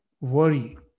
worry